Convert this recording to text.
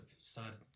started